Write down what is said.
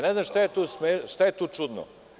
Ne znam šta je tu čudno?